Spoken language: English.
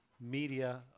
media